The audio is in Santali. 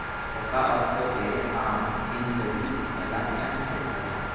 ᱚᱠᱟ ᱚᱠᱛᱚ ᱛᱮ ᱟᱢ ᱤᱧ ᱞᱟᱹᱜᱤᱫ ᱮᱞᱟᱨᱢ ᱮᱢ ᱥᱮᱴ ᱟᱠᱟᱫᱟ